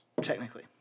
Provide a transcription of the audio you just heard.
Technically